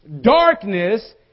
darkness